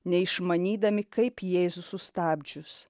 neišmanydami kaip jėzų sustabdžius